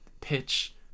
pitch